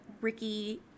ricky